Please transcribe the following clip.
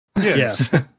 yes